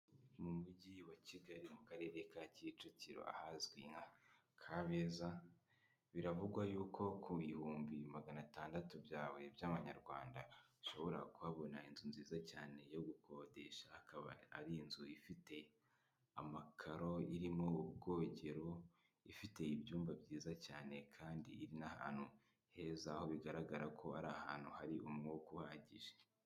Mu mujyi wa Kigali mu Karere ka Kicukiro ahazwi nka Kabeza, biravugwa yuko ku bihumbi magana atandatu byawe by'amanyarwanda, ushobora kuhabona inzu nziza cyane yo gukodesha, akaba ari inzu ifite amakaro, irimo ubwogero, ifite ibyumba byiza cyane kandi iri n'ahantu heza, aho bigaragara ko ari ahantu hari umwuka uhagije.